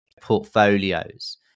portfolios